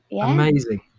Amazing